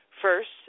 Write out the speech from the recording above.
first